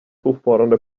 fortfarande